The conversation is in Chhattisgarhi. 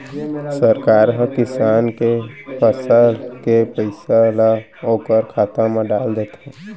सरकार ह किसान के फसल के पइसा ल ओखर खाता म डाल देथे